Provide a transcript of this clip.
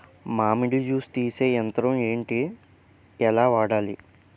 మామిడి జూస్ తీసే యంత్రం ఏంటి? ఎలా వాడాలి?